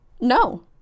No